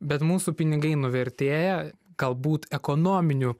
bet mūsų pinigai nuvertėja galbūt ekonominiu